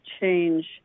change